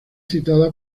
citada